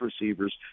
receivers